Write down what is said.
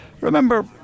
Remember